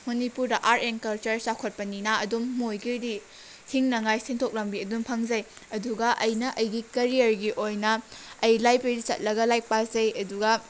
ꯃꯅꯤꯄꯨꯔꯗ art and culture ꯆꯥꯎꯈꯠꯄꯅꯤꯅ ꯑꯗꯨꯝ ꯃꯣꯏꯒꯤꯗꯤ ꯍꯤꯡꯅꯉꯥꯏ ꯁꯦꯟꯊꯣꯛ ꯂꯝꯕꯤ ꯑꯗꯨꯝ ꯐꯪꯖꯩ ꯑꯗꯨꯒ ꯑꯩꯅ ꯑꯩꯒꯤ ꯀꯔꯤꯌꯔꯒꯤ ꯑꯣꯏꯅ ꯑꯩ ꯂꯥꯏꯕ꯭ꯔꯦꯔꯤꯗ ꯆꯠꯂꯒ ꯂꯥꯏꯔꯤꯛ ꯄꯥꯖꯩ ꯑꯗꯨꯒ